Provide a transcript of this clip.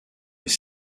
les